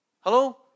Hello